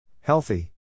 healthy